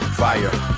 fire